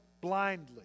blindly